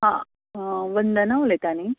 हां वंदना उलयतां न्ही